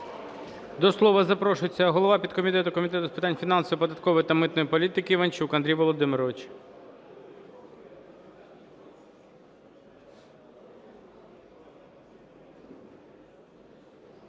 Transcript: До слова запрошується голова підкомітету Комітету з питань фінансової, податкової та митної політики Іванчук Андрій Володимирович.